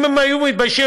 אם הם היו מתביישים,